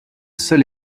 seul